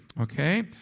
okay